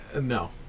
No